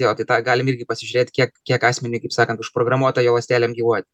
jo tai tą galim irgi pasižiūrėt kiek kiek asmeniui kaip sakan užprogramuota jų ląstelėm gyvuot